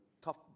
tough